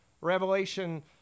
Revelation